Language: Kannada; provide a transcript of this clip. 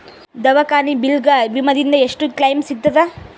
ದವಾಖಾನಿ ಬಿಲ್ ಗ ವಿಮಾ ದಿಂದ ಎಷ್ಟು ಕ್ಲೈಮ್ ಸಿಗತದ?